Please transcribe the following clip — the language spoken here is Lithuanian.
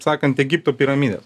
sakant egipto piramides